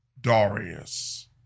Darius